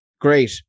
great